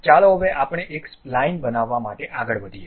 ચાલો હવે આપણે એક સ્પલાઇન બનાવવા માટે આગળ વધીએ